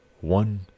one